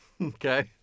Okay